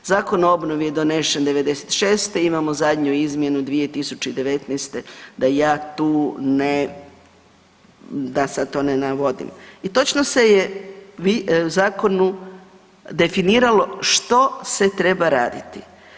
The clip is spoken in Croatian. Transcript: Zakon o obnovi je donešen '96., imam zadnju izmjenu 2019. da ja tu ne, da sad to ne navodim i točno se je u zakonu definiralo što se treba raditi.